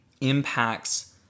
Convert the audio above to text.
impacts